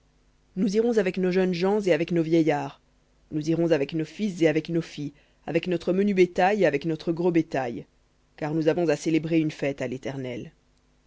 nous irons avec nos jeunes gens et avec nos vieillards nous irons avec nos fils et avec nos filles avec notre menu bétail et avec notre gros bétail car nous avons une fête à l'éternel